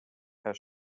herr